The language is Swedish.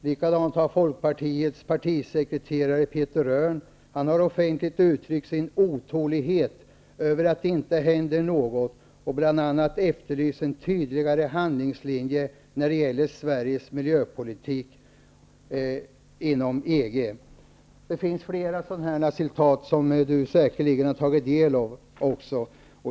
Likadant har Folkpartiets partisekreterare Peter Örn offentligt uttryckt sin otålighet över att det inte nu händer något. Han har bl.a. efterlyst en tydligare handlingslinje när det gäller Sveriges miljöpolitik inom EG. Det finns flera citat som Lennart Daléus säkerligen har tagit del av.